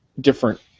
different